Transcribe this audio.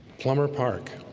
plumber park,